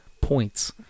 points